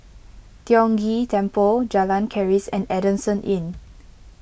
Tiong Ghee Temple Jalan Keris and Adamson Inn